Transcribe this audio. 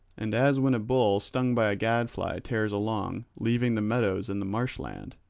and as when a bull stung by a gadfly tears along, leaving the meadows and the marsh land,